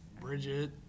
Bridget